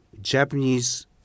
Japanese